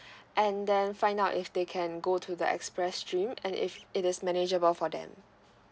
and then find out if they can go to the express stream and if it is manageable for them